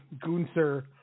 Gunther